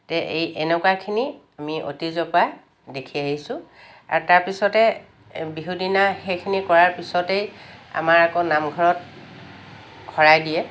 তে এই এনেকুৱাখিনি আমি অতীতৰ পৰা দেখি আহিছোঁ আৰু তাৰপিছতে বিহু দিনা সেইখিনি কৰাৰ পিছতেই আমাৰ আকৌ নামঘৰত শৰাই দিয়ে